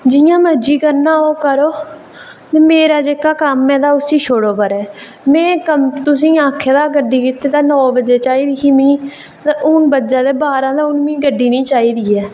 जियां मर्जी करना होग करो मेरा जेह्का कम्म ऐ ते उसी छुड़ो परें ते में अगर तुसें गी आक्खै दां कि मिगी नौ बजे गड्डी चाहिदी ही ते हून बज्जा दे बारां ते हून मिगी गड्डी निं चाहिदी ऐ